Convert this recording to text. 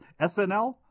SNL